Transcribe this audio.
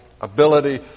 ability